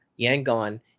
Yangon